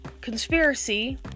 conspiracy